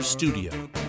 Studio